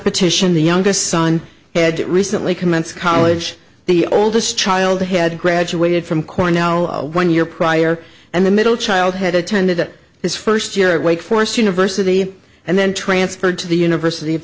petition the youngest son had recently commence college the oldest child had graduated from cornell a one year prior and the middle child had attended his first year at wake forest university and then transferred to the university of